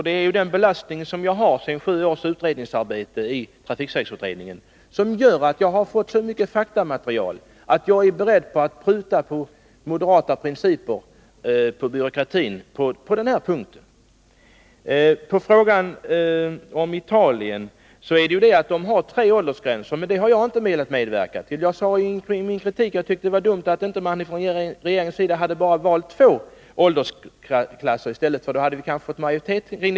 Det är den belastning som jag har efter sju års utredningsarbete i trafiksäkerhetsutredningen som gör att jag har fått så mycket faktamaterial att jag är beredd att pruta på moderata principer beträffande byråkratin på den här punkten. På frågan om Italien: Man har tre åldersgränser där, men det har jag inte velat medverka till. Jag sade i min kritik att jag tyckte det var dumt att regeringen inte valt bara två åldersklasser. Då hade vi kanske fått majoritet för det.